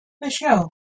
Michelle